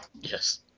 Yes